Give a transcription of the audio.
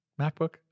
macbook